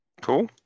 Cool